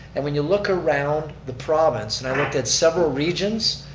and when you look around the province and i looked at several regions,